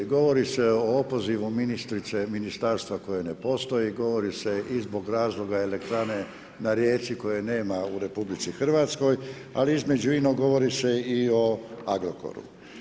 Govori se o opozivu ministrice ministarstva koje ne postoji, govori se i zbog razloga elektrane na Rijeci koje nema u RH ali između inog govori se i o Agrokoru.